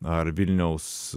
ar vilniaus